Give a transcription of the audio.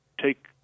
take